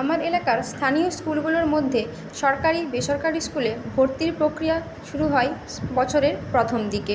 আমার এলাকার স্থানীয় স্কুলগুলোর মধ্যে সরকারি বেসরকারি স্কুলে ভর্তির প্রক্রিয়া শুরু হয় বছরের প্রথমদিকে